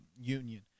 union